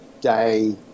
day